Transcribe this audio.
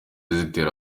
zitera